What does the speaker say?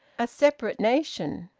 a separate nation!